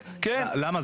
למה?